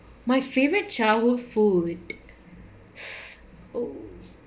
my favourite childhood food oh